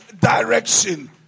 direction